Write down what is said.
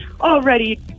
already